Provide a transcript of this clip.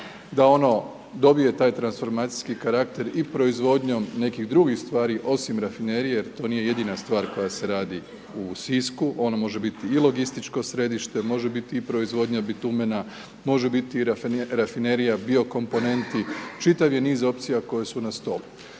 da ono dobije taj transformacijski karakter i proizvodnjom nekih drugih stvari osim Rafinerije, to nije jedina stvar koja se radi u Sisku, ono može biti i logističko središte, može biti i proizvodnja bitumena, može biti i Rafinerija bio komponenti, čitav je niz opcija koje su na stolu.